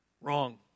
Wrong